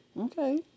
Okay